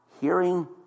hearing